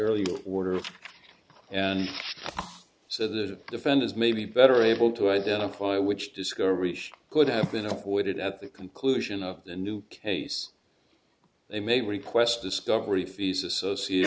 orders and so the defenders may be better able to identify which discovery could have been avoided at the conclusion of the new case they may request discovery fees associate